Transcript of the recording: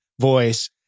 voice